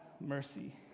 mercy